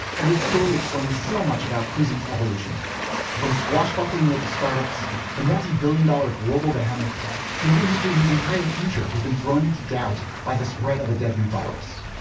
and its story explains so much about cruising evolution from swashbuckling little startups to multi-billion dollar global behemoths to an industry whose entire future has been thrown into doubt by the spread of a deadly virus